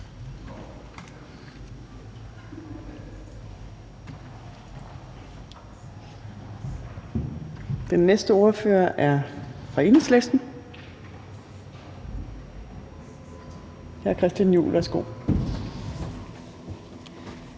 Den næste ordfører er fra Enhedslisten. Hr. Christian Juhl, værsgo.